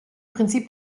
prinzip